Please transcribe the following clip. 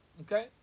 Okay